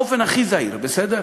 הלכתי באופן הכי זהיר, בסדר?